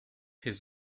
his